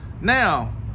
Now